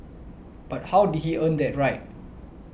but how did he earn that right